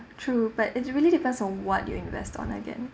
true but it's really depends on what you invest on again